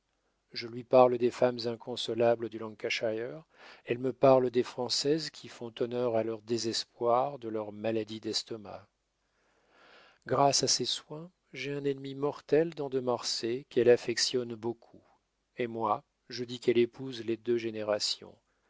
je lui parle des femmes inconsolables du lancashire elle me parle des françaises qui font honneur à leur désespoir de leurs maladies d'estomac grâce à ses soins j'ai un ennemi mortel dans de marsay qu'elle affectionne beaucoup et moi je dis qu'elle épouse les deux générations